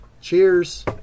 Cheers